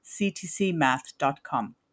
ctcmath.com